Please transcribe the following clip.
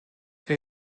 elle